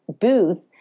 booth